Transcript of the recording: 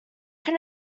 can